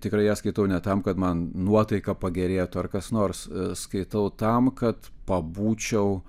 tikrai ją skaitau ne tam kad man nuotaika pagerėtų ar kas nors skaitau tam kad pabūčia